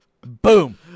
Boom